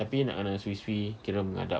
tapi nak kena swee swee kira menghadap